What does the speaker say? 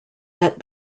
that